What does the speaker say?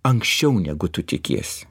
anksčiau negu tu tikiesi